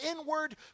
inward